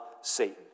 Satan